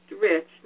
rich